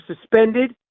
suspended